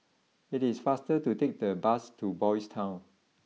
it is faster to take the bus to Boys' Town